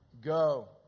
Go